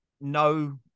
no